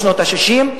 בשנות ה-60,